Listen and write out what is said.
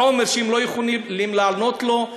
חומר שהם לא יכולים לענות עליו,